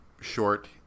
short